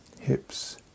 hips